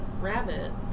rabbit